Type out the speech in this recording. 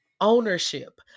Ownership